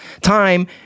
time